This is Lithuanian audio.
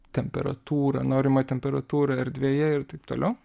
temperatūra norima temperatūra erdvėje ir taip toliau